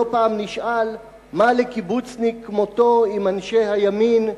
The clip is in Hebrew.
לא פעם נשאל מה לקיבוצניק כמותו עם אנשי הימין,